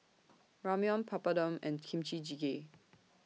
Ramyeon Papadum and Kimchi Jjigae